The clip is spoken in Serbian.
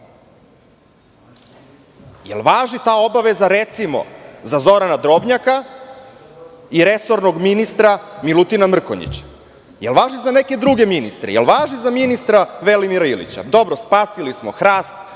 Da li ta obaveza važi, recimo, za Zorana Drobnjaka i resornog ministra Milutina Mrkonjića? Da li važi za neke druge ministre? Da li važi za ministra Velimira Ilića? Dobro, spasili smo hrast,